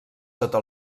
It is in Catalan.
sota